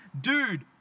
Dude